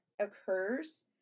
occurs